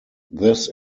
this